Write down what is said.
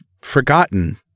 forgotten